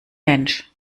mensch